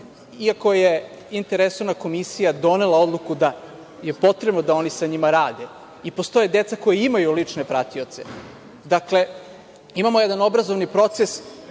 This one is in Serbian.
iako je interresorna komisija donela odluku da je potrebno da oni sa njima rade i postoje deca koja imaju lične pratioce. Dakle, imamo jedan obrazovni proces